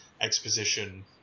exposition